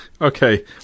Okay